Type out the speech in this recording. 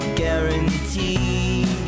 guarantee